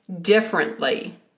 differently